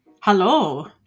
Hello